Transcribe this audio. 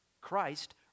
Christ